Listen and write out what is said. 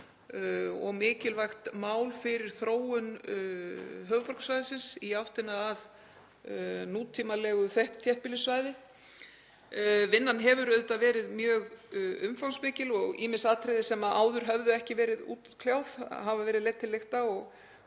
og mikilvægt mál fyrir þróun höfuðborgarsvæðisins í átt að nútímalegu þéttbýlissvæði. Vinnan hefur auðvitað verið mjög umfangsmikil og ýmis atriði sem áður höfðu ekki verið útkljáð hafa verið leidd til lykta.